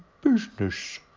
business